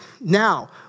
Now